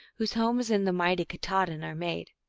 whose home is in the mighty katah din, are made.